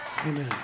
Amen